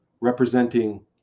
representing